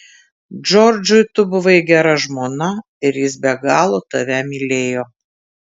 džordžui tu buvai gera žmona ir jis be galo tave mylėjo